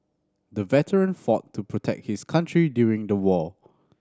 the veteran fought to protect his country during the war